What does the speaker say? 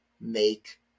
make